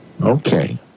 Okay